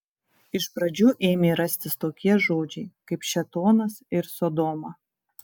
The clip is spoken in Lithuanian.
iš pradžių ėmė rastis tokie žodžiai kaip šėtonas ir sodoma